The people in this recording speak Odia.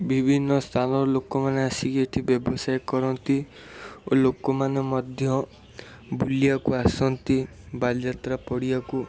ବିଭିନ୍ନ ସ୍ଥାନର ଲୋକମାନେ ଆସିକି ଏଇଠି ବ୍ୟବସାୟ କରନ୍ତି ଓ ଲୋକମାନେ ମଧ୍ୟ ବୁଲିବାକୁ ଆସନ୍ତି ବାଲିଯାତ୍ରା ପଡ଼ିଆକୁ